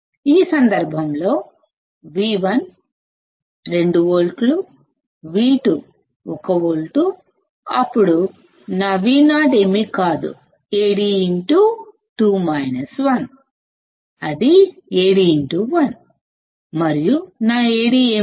ఈ సందర్భంలో V1 2 volts V2 1 volt అప్పుడు నా Vo ఏమిటంటే Ad అది Ad 1 మరియు నా Ad ఏమిటి